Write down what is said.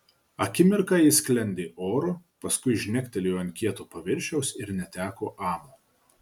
akimirką ji sklendė oru paskui žnektelėjo ant kieto paviršiaus ir neteko amo